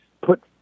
put